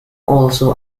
also